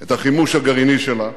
את החימוש הגרעיני שלה,